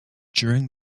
during